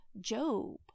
Job